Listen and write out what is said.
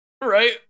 Right